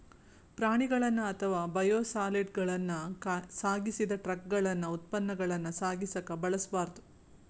ಪ್ರಾಣಿಗಳನ್ನ ಅಥವಾ ಬಯೋಸಾಲಿಡ್ಗಳನ್ನ ಸಾಗಿಸಿದ ಟ್ರಕಗಳನ್ನ ಉತ್ಪನ್ನಗಳನ್ನ ಸಾಗಿಸಕ ಬಳಸಬಾರ್ದು